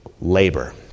Labor